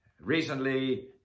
recently